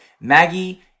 Maggie